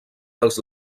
dels